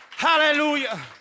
Hallelujah